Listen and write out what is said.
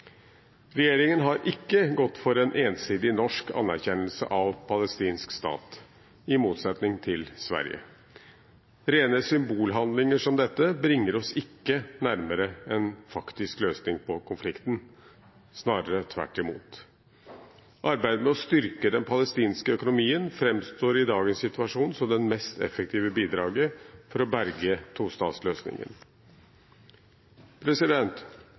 Regjeringen har ikke gått for en ensidig norsk anerkjennelse av en palestinsk stat, i motsetning til Sverige. Rene symbolhandlinger som dette bringer oss ikke nærmere en faktisk løsning på konflikten, snarere tvert imot. Arbeidet med å styrke den palestinske økonomien framstår i dagens situasjon som det mest effektive bidraget for å berge